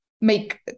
make